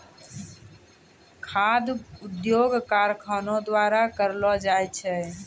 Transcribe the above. खाद्य उद्योग कारखानो द्वारा करलो जाय छै